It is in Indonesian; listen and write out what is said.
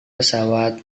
pesawat